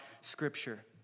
Scripture